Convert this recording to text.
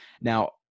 Now